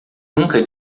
nunca